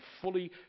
fully